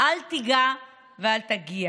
אל תיגע ואל תגיע".